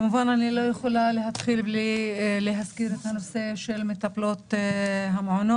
אני לא יכולה להתחיל בלי להזכיר את הנושא של מטפלות המעונות.